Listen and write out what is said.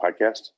Podcast